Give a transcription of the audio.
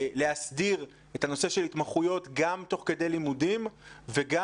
להסדיר את נושא ההתמחויות גם תוך כדי לימודים וגם